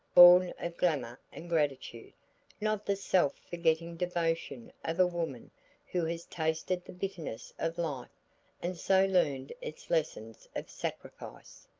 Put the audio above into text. born of glamour and gratitude not the self-forgetting devotion of a woman who has tasted the bitterness of life and so learned its lesson of sacrifice.